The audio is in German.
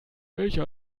welche